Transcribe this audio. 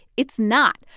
it's not.